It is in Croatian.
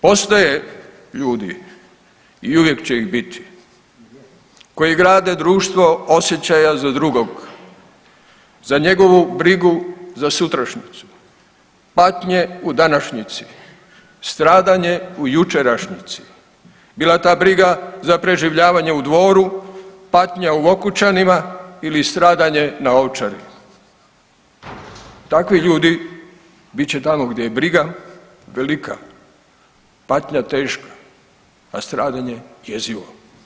Postoje ljudi i uvijek će ih biti koji grade društvo osjećaja za drugog, za njegovu brigu za sutrašnjicu, patnje u današnjici, stradanje u jučerašnjici, bila ta briga za preživljavanje u Dvoru, patnja u Okučanima ili stradanje na Ovčari, takvi ljudi bit te tamo gdje je briga velika, patnja teška, a stradanje jezivo.